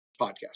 podcast